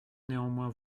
néanmoins